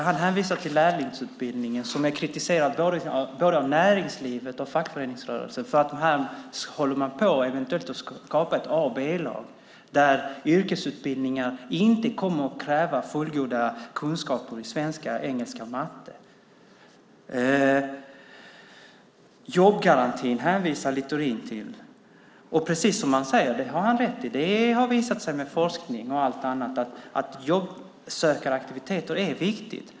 Han hänvisar till lärlingsutbildningen, som har kritiserats av både näringslivet och fackföreningsrörelsen för att man eventuellt håller på att skapa ett A-lag och ett B-lag, där yrkesutbildning inte kommer att kräva fullgoda kunskaper i svenska, engelska och matte. Littorin hänvisar till jobbgarantin. Precis som han säger har det visat sig i forskning att jobbsökaraktiviteter är viktiga.